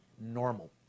normal